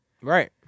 Right